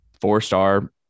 four-star